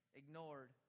ignored